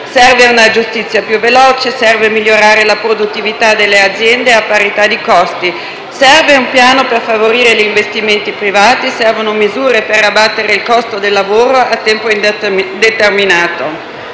serve una giustizia più veloce, serve migliorare la produttività delle aziende a parità di costi, serve un piano per favorire gli investimenti privati, servono misure per abbattere il costo del lavoro a tempo indeterminato.